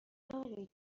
دارید